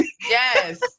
Yes